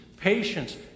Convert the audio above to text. patience